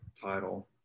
title